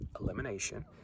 Elimination